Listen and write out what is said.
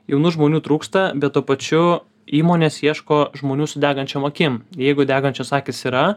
jaunų žmonių trūksta bet tuo pačiu įmonės ieško žmonių su degančiom akim jeigu degančios akys yra